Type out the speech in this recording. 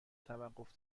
توقف